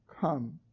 come